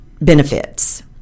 benefits